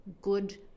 good